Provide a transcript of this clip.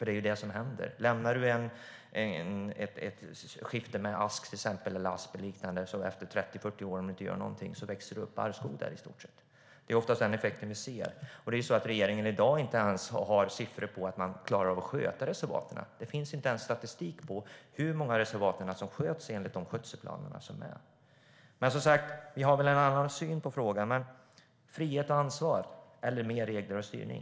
Det är vad som händer. Lämnar du till exempel ett skifte med ask, asp eller liknande och du inte gör någonting växer det efter 30, 40 år i stort sett upp barrskog där. Det är oftast den effekten vi ser. Regeringen har i dag inte ens siffror på att man klarar av att sköta reservaten. Det finns inte ens statistik på hur många reservat som sköts enligt de skötselplaner som finns. Vi har en annan syn. Frågan är: Ska det vara mer frihet och ansvar eller mer regler och styrning?